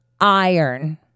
iron